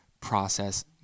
process